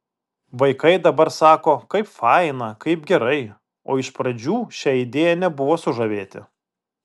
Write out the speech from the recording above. vaikai dabar sako kaip faina kaip gerai o iš pradžių šia idėja nebuvo sužavėti